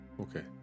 Okay